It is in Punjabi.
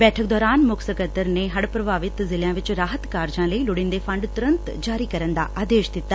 ਬੈਠਕ ਦੌਰਾਨ ਮੁੱਖ ਸਕੱਤਰ ਨੇ ਹੜ੍ ਪ੍ਰਭਾਵਿਤ ਜ਼ਿਲ੍ਹਿਆਂ ਵਿੱਚ ਰਾਹਤ ਕਾਰਜਾਂ ਲਈ ਲੋਤੀਦੇ ਫੰਡ ਤੁਰੰਤ ਜਾਰੀ ਕਰਨ ਦਾ ਆਦੇਸ਼ ਦਿੱਤਾ